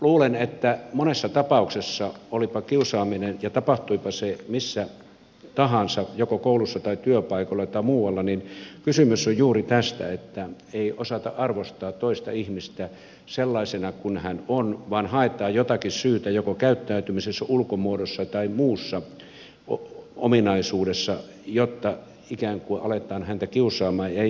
luulen että monessa tapauksessa olipa kiusaaminen ja tapahtuipa se missä tahansa joko koulussa tai työpaikoilla tai muualla kysymys on juuri tästä että ei osata arvostaa toista ihmistä sellaisena kuin hän on vaan haetaan jotakin syytä joko käyttäytymisessä ulkomuodossa tai muussa ominaisuudessa jotta ikään kuin aletaan häntä kiusaamaan eikä hyväksytä häntä